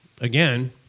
again